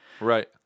Right